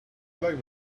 like